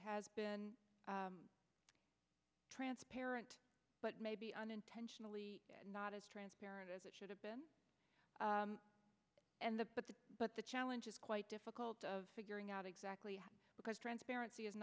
has been transparent but maybe unintentionally not as transparent as it should have been and the but the but the challenge is quite difficult of figuring out exactly because transparency